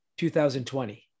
2020